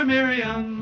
Miriam